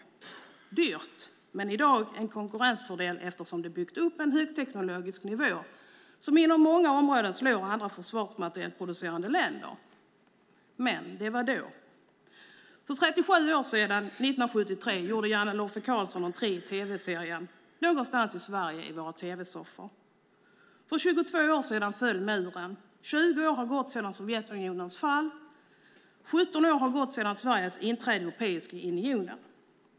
Det var dyrt, men innebär i dag en konkurrensfördel eftersom det byggt upp en högteknologisk nivå som inom många områden slår andra försvarsmaterielproducerande länder. Men det var då. För 37 år sedan, 1973, gjorde Janne Loffe Karlsson entré i våra tv-soffor i tv-serien Någonstans i Sverige . För 22 år sedan föll muren, och 20 år har gått sedan Sovjetunionens fall. Det har gått 17 år sedan Sveriges inträde i Europeiska unionen.